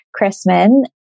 Chrisman